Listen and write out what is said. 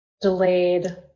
delayed